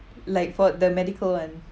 like for the medical and